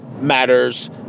Matters